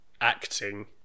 acting